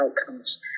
outcomes